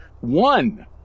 One